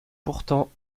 pourtant